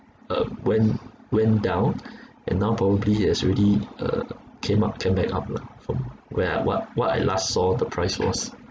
uh went went down and now probably it's already uh came up came back up lah from where what what I last saw the price was